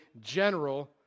general